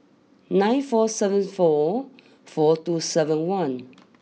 nine four seven four four two seven one